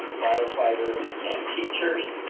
firefighters, and teachers,